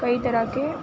کئی طرح کے